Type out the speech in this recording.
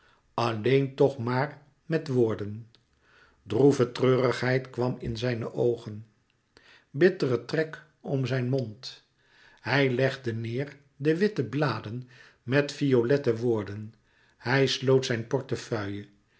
alleen toch maar met woorden droeve treurigheid kwam in zijne oogen bittere trek om zijn mond hij legde neêr de witte bladen met violette woorden hij sloot zijn portefeuille